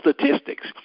statistics